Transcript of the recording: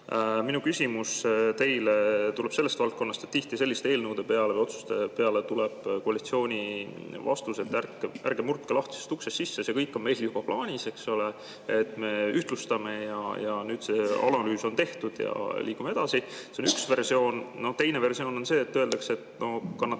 Mu küsimus teile tuleb sellest valdkonnast, et tihti tuleb selliste eelnõude või otsuste peale koalitsioonilt vastus, et ärge murdke lahtisest uksest sisse, see kõik on meil juba plaanis, eks ole, me ühtlustame ja nüüd see analüüs on tehtud ja liigume edasi. See on üks versioon. Teine versioon on see, et öeldakse, et kannatage